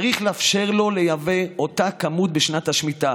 צריך לאפשר לו לייבא אותה כמות בשנת השמיטה